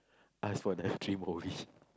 ask for the three more wish